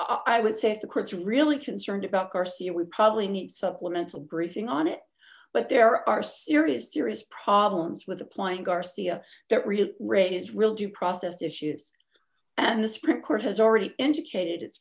i would say if the courts really concerned about garcia would probably need supplemental briefing on it but there are serious serious problems with applying garcia that really raises real due process issues and the supreme court has already indicated it's